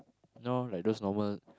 you know like those normal